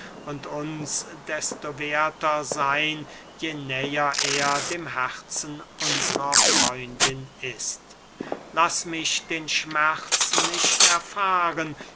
uns desto werther seyn je näher er dem herzen unsrer freundin ist laß mich den schmerz nicht erfahren